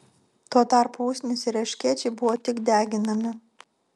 tuo tarpu usnys ir erškėčiai buvo tik deginami